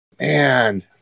man